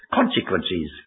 consequences